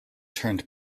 turned